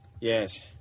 Yes